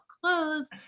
clothes